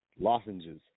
lozenges